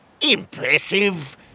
Impressive